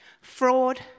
fraud